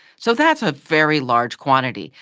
so that's a very large quantity.